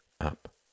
up